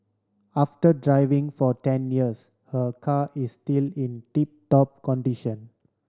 after driving for ten years her car is still in tip top condition